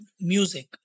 Music